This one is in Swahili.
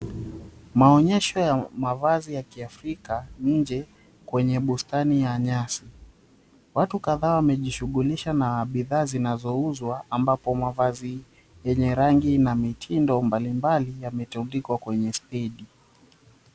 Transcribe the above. Maonyesho ya mavazi ya Kiafrika nje kwenye bustani ya nyasi. Watu kadhaa wamejishughulisha na bidhaa zinazouzwa ambapo mavazi yenye rangi na mitindo mbalimbali yametundikwa kwenye stendi.